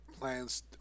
plans